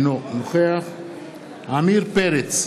אינו נוכח עמיר פרץ,